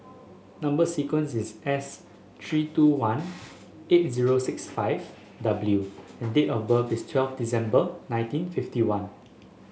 number sequence is S three two one eight zero six five W and date of birth is twelve December nineteen fifty one